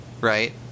right